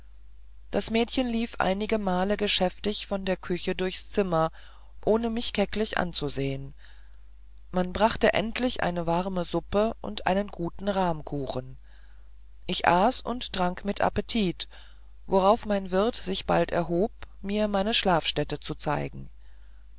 das mädchen lief einige male geschäftig von der küche durchs zimmer ohne mich kecklich anzusehen man brachte endlich eine warme suppe und einen guten rahmkuchen ich aß und trank mit appetit worauf mein wirt sich bald erbot mir meine schlafstätte zu zeigen